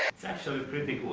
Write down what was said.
it's actually pretty